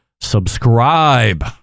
subscribe